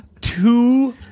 two